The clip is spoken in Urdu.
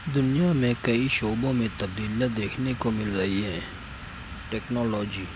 دنیا میں کئی شعبوں میں تبدیلیاں دیکھنے کو مل رہی ہیں ٹیکنالوجی